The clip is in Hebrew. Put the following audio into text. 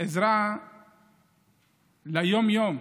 עזרה ליום-יום.